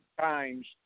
times